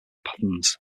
patterns